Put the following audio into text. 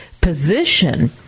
position